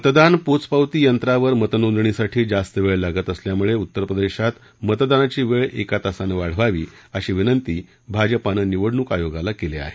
मतदान पोच पावती यंत्रावर मतनोंदणीसाठी जास्त वेळ लागत असल्यामुळे उत्तर प्रदेशात मतदानाची वेळ एका तासाने वाढवावी अशी विनंती भाजपानं निवडणूक आयोगाला केली आहे